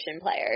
players